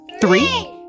Three